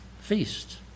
feast